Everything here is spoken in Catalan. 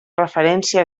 referència